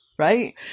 right